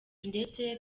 ndetse